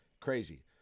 crazy